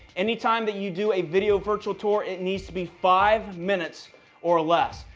anytime that you do a video virtual tour it needs to be five minutes or less.